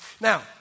Now